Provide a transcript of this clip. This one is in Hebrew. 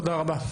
תודה רבה.